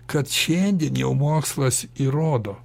kad šiandien jau mokslas įrodo